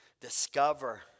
Discover